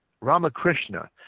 Ramakrishna